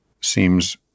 seems